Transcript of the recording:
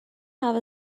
have